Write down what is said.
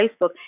Facebook